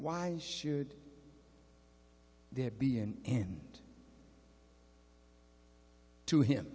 why should there be an end to him